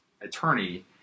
attorney